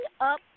up